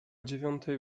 dziewiątej